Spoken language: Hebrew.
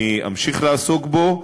אני אמשיך לעסוק בו.